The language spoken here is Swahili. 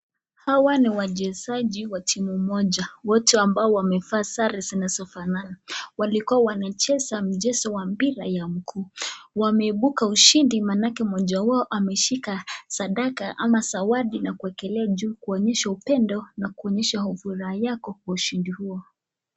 Hawa ni wachezaji wa timu moja wote ambao wamevaa sare zinazofanana. Walikuwa wanacheza mchezo wa mpira ya mkuu. Wameibuka ushindi maanake mmoja wao ameshika sadaka ama zawadi na kuikelea juu kuonyesha upendo na kuonyesha hufuraha yako kwa ushindi huo.